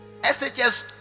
SHS